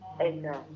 Amen